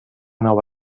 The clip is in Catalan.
nova